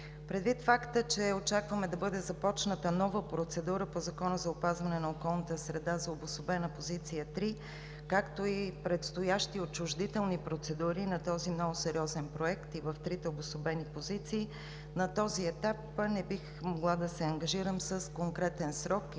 Предвид факта, че очакваме да бъде започната нова процедура по Закона за опазване на околната среда за Обособена позиция № 3, както и предстоящи отчуждителни процедури на този много сериозен проект и в трите обособени позиции, на този етап не бих могла да се ангажирам с конкретен срок